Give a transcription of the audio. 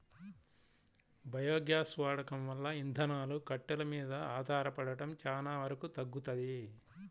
biogas వాడకం వల్ల ఇంధనాలు, కట్టెలు మీద ఆధారపడటం చానా వరకు తగ్గుతది